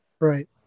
Right